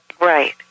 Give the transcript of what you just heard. Right